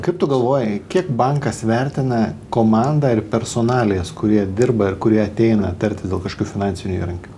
kaip tu galvoji kiek bankas vertina komandą ir personalijas kurie dirba ir kurie ateina tartis dėl kažkokių finansinių įrankių